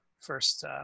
first